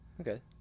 Okay